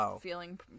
feeling